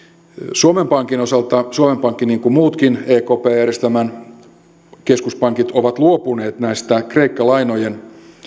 suomen pankin osalta suomen pankki niin kuin muutkin ekp järjestelmän keskuspankit on luopunut näistä kreikka lainojen